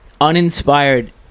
uninspired